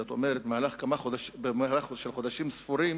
זאת אומרת, במהלך של חודשים ספורים